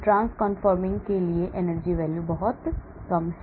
trans configuring के लिए energy value बहुत कम है